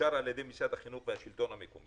אושר על ידי משרד החינוך והשלטון המקומי,